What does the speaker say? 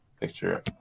picture